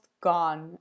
gone